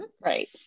right